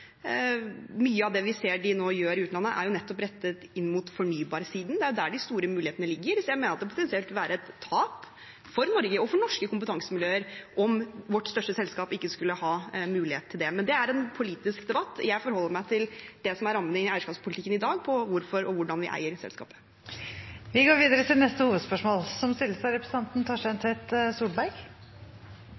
Mye av det vi ser de nå gjør i utlandet, er rettet inn mot den fornybare siden, det er der de store mulighetene ligger, så jeg mener det potensielt ville være et tap for Norge og for norske kompetansemiljøer om vårt største selskap ikke skulle ha mulighet til det. Men det er en politisk debatt. Jeg forholder meg til det som er rammene for eierskapspolitikken i dag, for hvorfor og hvordan vi eier selskapet. Vi går videre til neste hovedspørsmål.